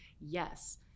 yes